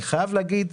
אני חייב להגיד,